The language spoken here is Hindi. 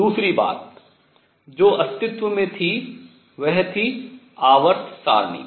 दूसरी प्रयोग बात जो अस्तित्व में थी वह थी आवर्त सारणी